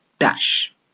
dash